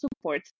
support